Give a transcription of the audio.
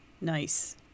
Nice